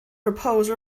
propose